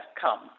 come